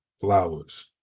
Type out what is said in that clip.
Flowers